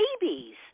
babies